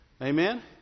Amen